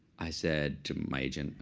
i said to my agent,